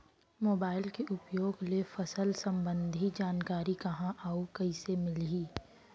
Mobile के उपयोग ले फसल सम्बन्धी जानकारी कहाँ अऊ कइसे मिलही?